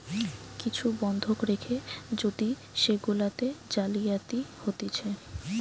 কিছু বন্ধক রেখে যদি সেগুলাতে জালিয়াতি হতিছে